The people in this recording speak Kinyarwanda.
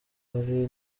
hari